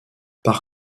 par